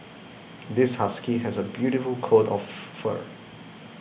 this husky has a beautiful coat of fur